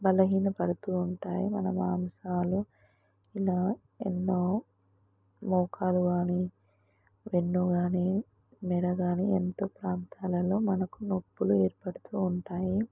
బలహీన పడుతూ ఉంటాయి మన మాంశాలు ఇలా ఎన్నో మోకాలు కానీ వెన్ను కానీ మెడ కానీ ఎన్నో ప్రాంతాలలో మనకు నొప్పులు ఏర్పడుతూ ఉంటాయి